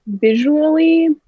visually